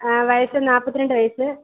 വയസ്സ് നാല്പത്തിരണ്ട് വയസ്സ്